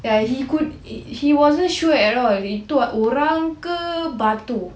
ya he wasn't sure at all itu orang ke batu